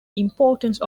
importance